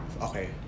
Okay